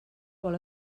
vol